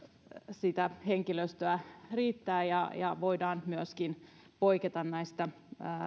sitä henkilöstöä riittää ja ja voidaan myöskin poiketa näistä